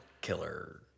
killer